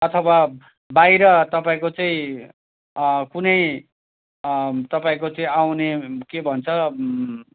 अथवा बाहिर तपाईँको चाहिँ कुनै तपाईँको चाहिँ आउने के भन्छ